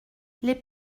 les